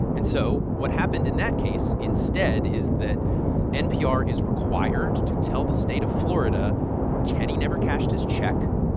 and so what happened in that case instead is that npr is required to tell the state of florida kenny never cashed his check.